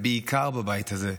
בעיקר בבית הזה,